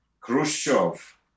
Khrushchev